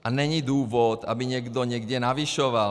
A není důvod, aby někdo někde navyšoval.